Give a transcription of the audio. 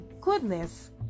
goodness